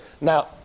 now